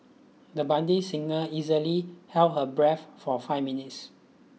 the budding singer easily held her breath for five minutes